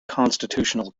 constitutional